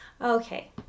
Okay